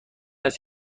است